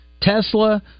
Tesla